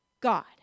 God